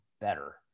better